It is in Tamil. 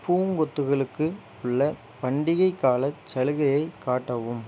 பூங்கொத்துகளுக்கு உள்ள பண்டிகைக் காலச் சலுகையை காட்டவும்